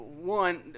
one